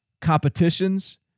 competitions